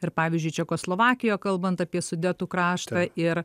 ir pavyzdžiui čekoslovakijoje kalbant apie sudetų kraštą ir